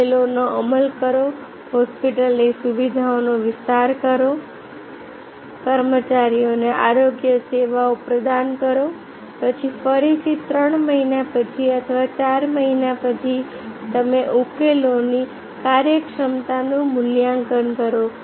ઉકેલોનો અમલ કરો હોસ્પિટલની સુવિધાઓનો વિસ્તાર કરો કર્મચારીઓને આરોગ્ય સેવાઓ પ્રદાન કરો પછી ફરીથી ત્રણ મહિના પછી અથવા 4 મહિના પછી તમે ઉકેલોની કાર્યક્ષમતાનું મૂલ્યાંકન કરો